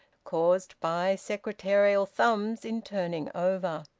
caused by secretarial thumbs in turning over.